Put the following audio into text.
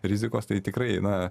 rizikos tai tikrai na